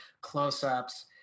close-ups